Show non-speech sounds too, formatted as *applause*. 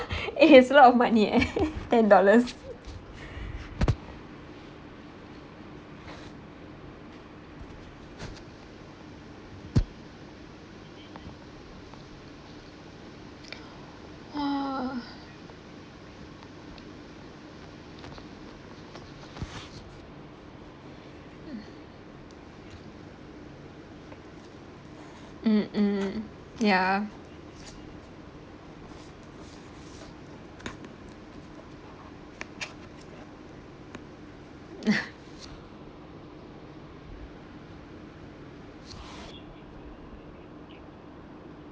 *laughs* eh it's a lot of money eh ten dollars !wah! *noise* mmhmm ya *laughs*